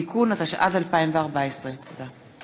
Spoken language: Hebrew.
(תיקון), התשע"ד 2014. תודה.